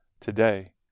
today